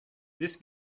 this